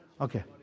Okay